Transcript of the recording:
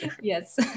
Yes